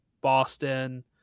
Boston